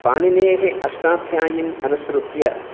पाणिनेः अष्टाध्यायीम् अनुसृत्य